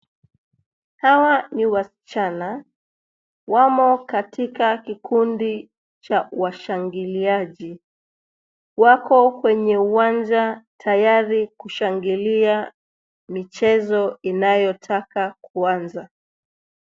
Hawa ni wasichana. Wamo katika kikundi cha washangiliaji. Wako kwenye uwanja tayari kushangilia michezo inayotaka kuanza.